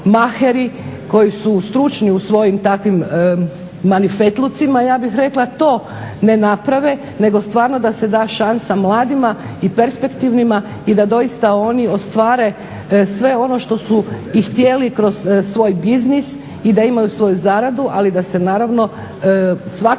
koji su stručni u svojim takvim manifetlucima ja bih rekla to ne naprave nego stvarno da se da šansa mladima i perspektivnima i da doista oni ostvare sve ono što su i htjeli kroz svoj biznis i da imaju svoju zaradu ali da se naravno svakako